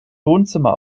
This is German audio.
wohnzimmer